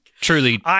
Truly